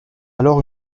alors